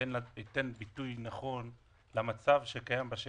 תיתן ביטוי נכון למצב שקיים בשטח.